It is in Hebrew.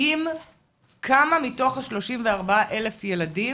כמה מתוך ה-34,000 ילדים,